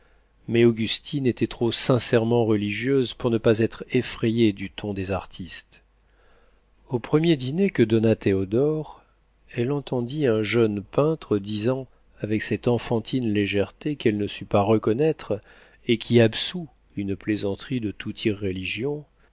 mais augustine était trop sincèrement religieuse pour ne pas être effrayée du ton des artistes au premier dîner que donna théodore elle entendit un jeune peintre disant avec cette enfantine légèreté qu'elle ne sut pas reconnaître et qui absout une plaisanterie de toute irréligion